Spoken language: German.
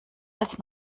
als